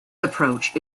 approach